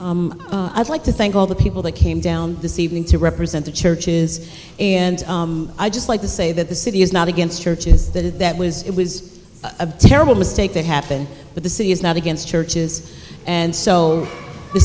our i'd like to thank all the people that came down this evening to represent the churches and i just like to say that the city is not against churches that had that was it was a terrible mistake that happened but the city is not against churches and so the